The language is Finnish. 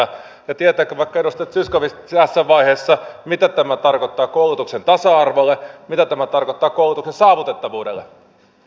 ja tietääkö vaikka edustaja zyskowicz tässä vaiheessa mitä tämä tarkoittaa koulutuksen tasa arvolle mitä tämä tarkoittaa koulutuksen saavutettavuudelle